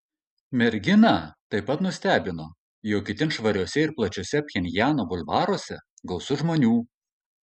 merginą taip pat nustebino jog itin švariuose ir plačiuose pchenjano bulvaruose gausu žmonių